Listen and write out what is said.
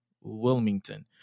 Wilmington